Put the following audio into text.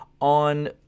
on